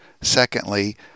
Secondly